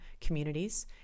communities